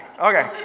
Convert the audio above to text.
okay